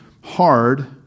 hard